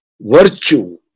virtue